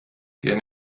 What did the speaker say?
der